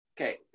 okay